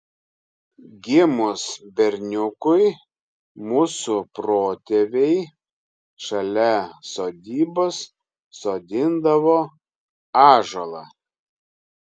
gimus berniukui mūsų protėviai šalia sodybos sodindavo ąžuolą